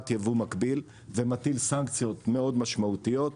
ייבוא מקביל ומטיל סנקציות מאוד משמעותיות.